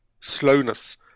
slowness